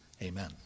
Amen